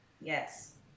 Yes